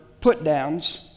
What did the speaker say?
put-downs